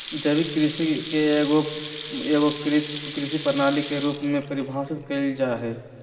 जैविक कृषि के एगो एगोकृत कृषि प्रणाली के रूप में परिभाषित कइल जा हइ